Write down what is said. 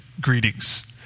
greetings